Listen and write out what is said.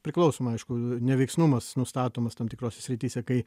priklausomai aišku neveiksnumas nustatomas tam tikrose srityse kai